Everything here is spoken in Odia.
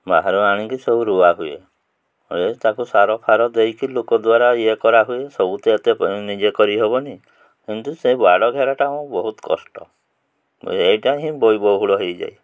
ବାହାରୁ ଆଣିକି ସବୁ ରୁଆ ହୁଏ ଏ ତାକୁ ସାର ଫାର ଦେଇକି ଲୋକ ଦ୍ୱାରା ଇଏ କରାହୁଏ ସବୁ ତ ଏତେ ନିଜେ କରିହବନି କିନ୍ତୁ ସେ ବାଡ଼ ଘେରାଟା ଆମ ବହୁତ କଷ୍ଟ ଏଇଟା ହିଁ ବଇ ବହୁଳ ହେଇଯାଏ